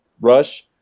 rush